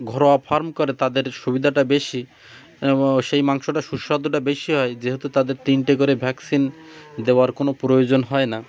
ঘরোয়া ফার্ম করে তাদের সুবিধাটা বেশি এবং সেই মাংসটা সুস্বাদুটা বেশি হয় যেহেতু তাদের তিনটে করে ভ্যাকসিন দেওয়ার কোনো প্রয়োজন হয় না